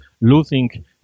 losing